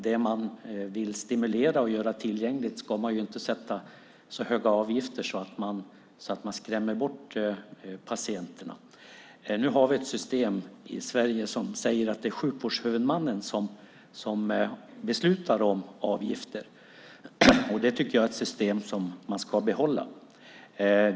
Det man vill stimulera och göra tillgängligt ska man inte sätta så höga avgifter för att man skrämmer bort patienterna. Nu har vi ett system i Sverige som säger att det är sjukvårdshuvudmannen som beslutar om avgifter. Det är ett system som jag tycker att man ska behålla.